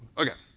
ok.